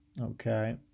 Okay